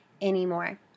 anymore